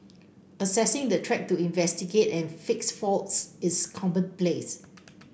assessing the track to investigate and fix faults is commonplace